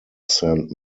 saint